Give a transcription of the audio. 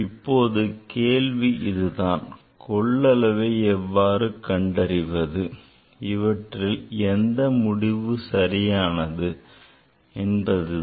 இப்போது கேள்வி இதுதான் கொள்ளளவை எவ்வாறு கண்டறிவது இவற்றில் எந்த முடிவு சரியானது என்பதுதான்